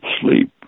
Sleep